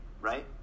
right